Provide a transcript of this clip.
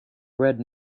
bread